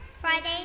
Friday